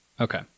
Okay